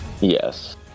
Yes